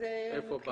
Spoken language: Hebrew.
איפה?